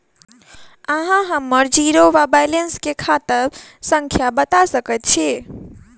अहाँ हम्मर जीरो वा बैलेंस केँ खाता संख्या बता सकैत छी?